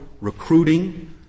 recruiting